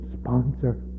sponsor